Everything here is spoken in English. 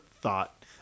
Thought